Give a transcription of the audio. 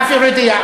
עפו יודע,